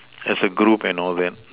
as a group and all that